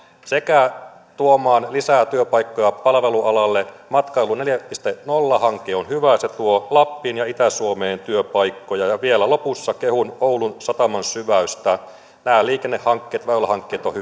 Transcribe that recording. sekä tuomaan lisää työpaikkoja palvelualalle matkailu neljä piste nolla hanke on hyvä se tuo lappiin ja itä suomeen työpaikkoja ja vielä lopussa kehun oulun sataman syväystä nämä liikennehankkeet väylähankkeet ovat